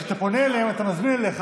כשאתה פונה אליהם, אתה מזמין אליך.